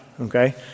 okay